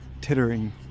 tittering